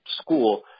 school